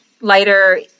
lighter